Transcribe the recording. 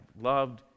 loved